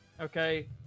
okay